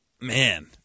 man